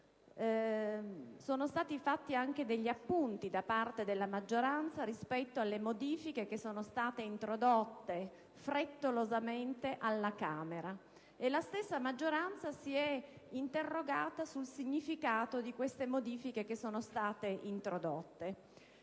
sono stati fatti anche degli appunti da parte della maggioranza rispetto alle modifiche introdotte frettolosamente alla Camera. E la stessa maggioranza si è interrogata sul significato di queste modifiche che sono state introdotte.